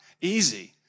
easy